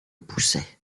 poussait